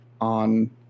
on